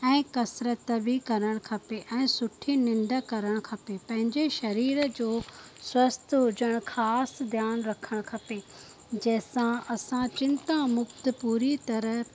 ऐं कसरत बि करणु खपे ऐं सुठी निंड करण खपे पंहिंजे शरीर जो स्वस्थ हुजणु ख़ासि ध्यानु रखणु खपे जंहिंसां असां चिंता मुक्त पूरी तरह